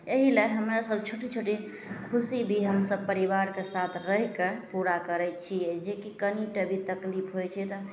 एहिले हमरासभ छोटे छोटे खुशी भी हमसभ परिवारके साथ रहिके पूरा करै छिए जेकि कनिटा भी तकलीफ होइ छै तऽ